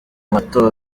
umupfasoni